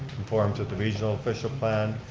conforms with the regional official plan,